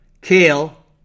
kale